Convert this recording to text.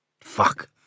Fuck